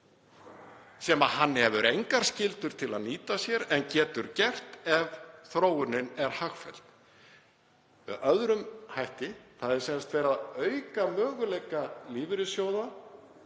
sem hann hefur engar skyldur til að nýta sér en getur gert ef þróunin er hagfelld. Það er sem sagt verið að auka möguleika lífeyrissjóða